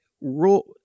rule